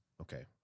Okay